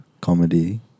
Comedy